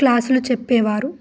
క్లాసులు చెప్పేవారు